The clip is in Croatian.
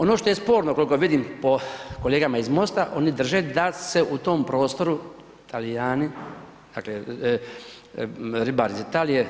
Ono što je sporno koliko vidim po kolegama iz MOST-a, oni drže da se u tom prostoru Talijani, dakle ribari iz Italije